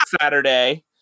Saturday